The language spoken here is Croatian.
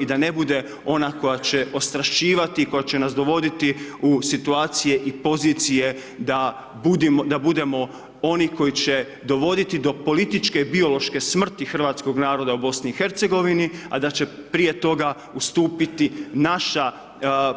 I da ne bude ona koja će ostrašćivati koja će nas dovoditi u situacije i pozicije da budemo oni koji će dovodi do političke i biološke smrti Hrvatskog naroda u BIH a da će prije toga ustupiti naša